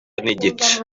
n’igice